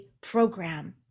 program